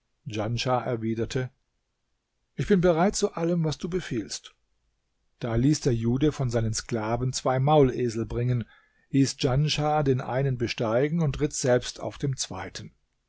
djanschah erwiderte ich bin bereit zu allem was du befiehlst da ließ der jude von seinen sklaven zwei maulesel bringen hieß djanschah den einen besteigen und ritt selbst auf dem zweiten